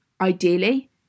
ideally